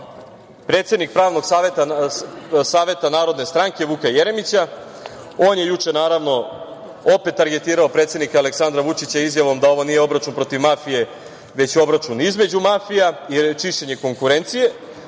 predsednik pravnog saveta Narodne stranke Vuka Jeremića. On je juče opet targetirao predsednika Aleksandra Vučića izjavom da ovo nije obračun protiv mafije, već obračun između mafija, jer je čišćenje konkurencije.